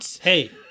Hey